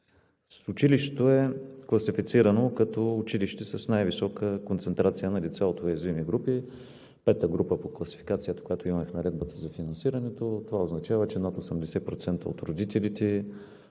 Училището е класифицирано като училище с най-висока концентрация на деца от уязвими групи – V група по класификацията, която имаме в Наредбата за финансирането. Това означава, че над 80% от родителите